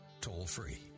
toll-free